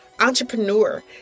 entrepreneur